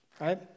right